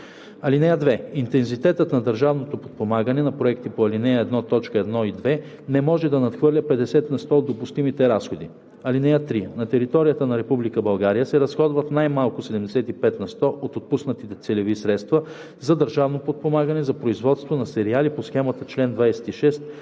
(2) Интензитетът на държавното подпомагане на проекти по ал. 1, т. 1 и 2 не може да надхвърля 50 на сто от допустимите разходи. (3) На територията на Република България се разходват най-малко 75 на сто от отпуснатите целеви средства за държавно подпомагане за производство на сериали по схема по чл. 26,